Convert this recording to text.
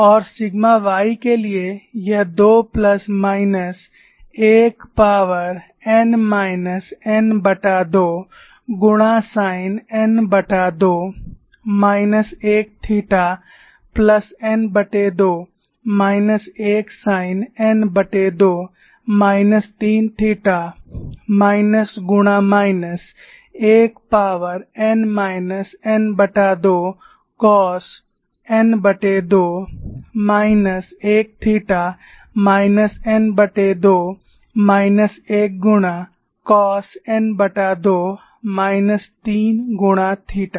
और sigma y के लिए यह 2 plus minus 1 power n minus n2 गुणा sine n2 minus 1 theta plus n2 minus 1 sine n2 minus 3 theta minus गुणा minus 1 power n minus n2 cos n2 minus 1 theta minus n2 minus 1 गुणा cos n2 minus 3 गुणा theta